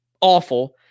awful